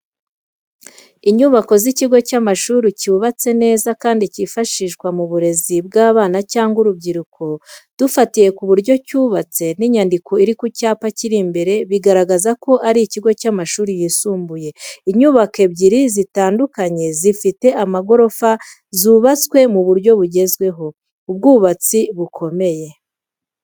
Inyubako z’ikigo cy’amashuri, cyubatse neza kandi cyifashishwa mu burezi bw'abana cyangwa urubyiruko. Dufatiye ku buryo cyubatse n’inyandiko iri ku cyapa kiri imbere biragaragara ko ari ikigo cy’amashuri yisumbuye. Inyubako ebyiri zitandukanye zifite amagorofa zubatswe mu buryo bugezweho, ubwubatsi bukomeye.